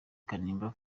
kanimba